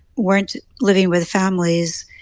weren't living with families